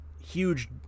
huge